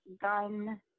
gun